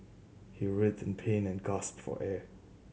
he writhed in pain and gasped for air